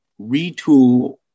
retool